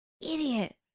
Idiot